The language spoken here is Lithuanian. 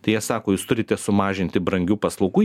tai jie sako jūs turite sumažinti brangių paslaugų